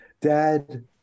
Dad